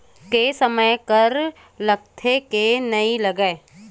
के समय कर लगथे के नइ लगय?